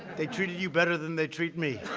they treated you better than they treat me.